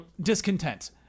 Discontent